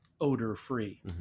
Odor-free